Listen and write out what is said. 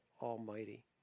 Almighty